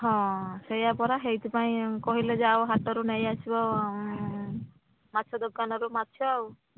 ହଁ ସେୟା ପରା ହେଇତି ପାଇଁ କହିଲେ ଯାଅ ହାଟରୁ ନେଇ ଆସିବ ମାଛ ଦୋକାନରୁ ମାଛ ଆଉ